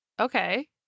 Okay